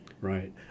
right